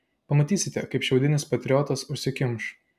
pamatysite kaip šiaudinis patriotas užsikimš